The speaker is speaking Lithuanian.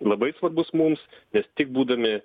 labai svarbus mums nes tik būdami